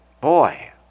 boy